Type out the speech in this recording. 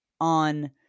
on